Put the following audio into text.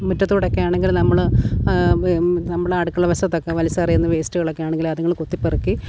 മുറ്റത്തൂടൊക്കെ ആണെങ്കില് നമ്മള് നമ്മുടെ അടുക്കള വശത്തൊക്കെ വലിച്ചെറിയുന്ന വേസ്റ്റുകളൊക്കെ ആണെങ്കില് അതുങ്ങള് കൊത്തിപ്പെറുക്കി